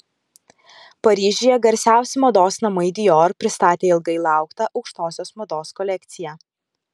paryžiuje garsiausi mados namai dior pristatė ilgai lauktą aukštosios mados kolekciją